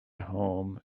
home